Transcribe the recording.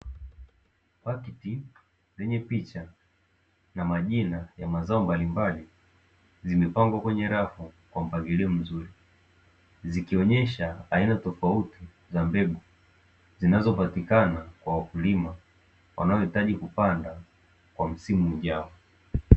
Pakiti zenye picha na majina ya mazao mbalimbali zimepangwa kwenye rafu kwa mpangilio mzuri, zikionyesha aina tofauti za mbegu zinazopatikana kwa wakulima wanaohitaji kupanda kwa msimu ujao.